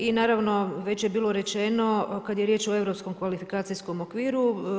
I naravno, već je bilo rečeno kada je riječ o europskom kvalifikacijskom okviru.